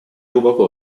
глубоко